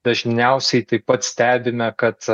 dažniausiai taip pat stebime kad